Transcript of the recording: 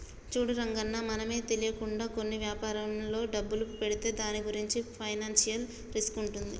చూడు రంగన్న మనమే తెలియకుండా కొన్ని వ్యాపారంలో డబ్బులు పెడితే దాని గురించి ఫైనాన్షియల్ రిస్క్ ఉంటుంది